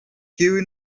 kiu